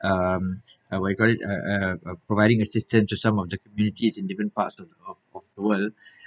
um uh what you call it uh uh providing assistance to some of the communities in different parts of the world